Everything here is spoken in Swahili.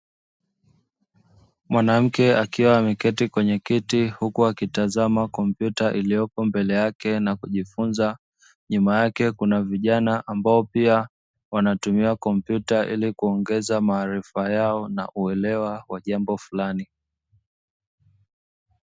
Mwanamke akiwa ameketi kwenye kiti huku akitazama kompyuta iliyopo mbele yake na kujifunza nyuma yake kuna vijana ambao pia wanatumia kompyuta ili kuongeza maarifa yao na uelewa wa jambo fulani.